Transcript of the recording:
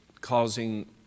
causing